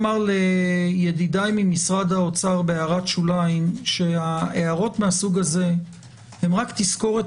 לידידיי ממשרד האוצר הערות מהסוג הזה הן רק תזכורת